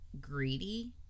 greedy